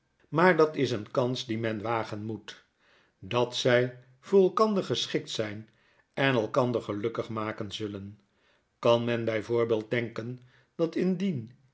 maar dat is een kans die men wagen moet dat zy voor elkander geschikt zyn en elkander gelukkig maken zullen kan men by voorbeeld denken dat indien